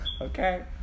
okay